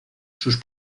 sus